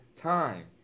time